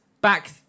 back